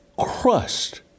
crushed